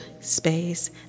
space